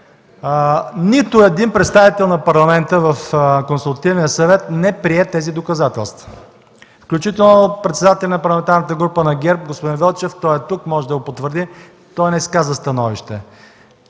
Нито един представител на парламента в Консултативния съвет не прие тези доказателства, включително председателят на Парламентарната група на ГЕРБ господин Велчев – той е тук и може да го потвърди, не изказа становище,